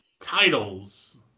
titles –